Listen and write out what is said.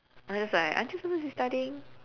I'm just like aren't you supposed to be studying